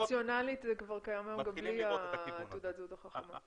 אופציונלית זה כבר קיים היום גם בלי תעודת הזהות החכמה.